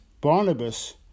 Barnabas